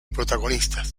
protagonistas